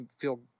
feel